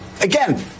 again